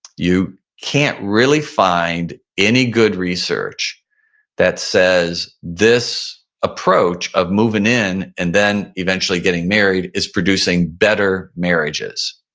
you can't really find any good research that says this approach of moving in and then eventually getting married is producing better marriages.